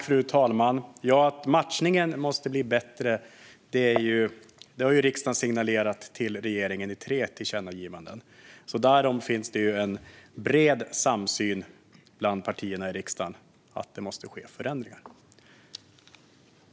Fru talman! Att matchningen måste bli bättre har ju riksdagen signalerat till regeringen i tre tillkännagivanden, så det finns en bred samsyn bland partierna i riksdagen vad gäller att det måste ske förändringar.